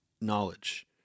knowledge